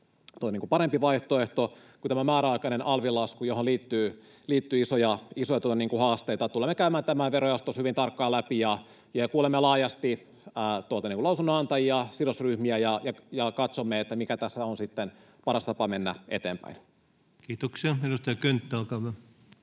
parempi vaihtoehto kuin tämä määräaikainen alvin lasku, johon liittyy isoja haasteita? Tulemme käymään tämän verojaostossa hyvin tarkkaan läpi ja kuulemme laajasti lausunnonantajia, sidosryhmiä, ja katsomme, mikä tässä on sitten paras tapa mennä eteenpäin. Kiitoksia. — Edustaja Könttä, olkaa hyvä.